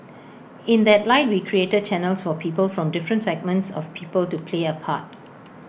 in that light we created channels for people from different segments of people to play A part